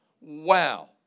Wow